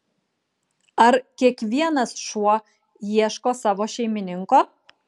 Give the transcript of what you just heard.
ar kiekvienas šuo ieško savo šeimininko